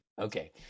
okay